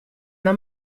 una